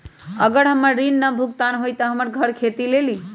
अगर हमर ऋण न भुगतान हुई त हमर घर खेती लेली?